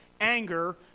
anger